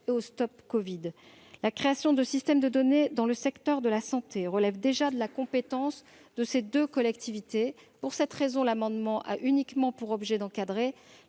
TousAntiCovid. La création de systèmes de données dans le secteur de la santé relève déjà de la compétence de ces deux collectivités. Pour cette raison, l'amendement a uniquement pour objet d'encadrer